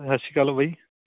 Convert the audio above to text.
ਸਤਿ ਸ਼੍ਰੀ ਅਕਾਲ ਬਾਈ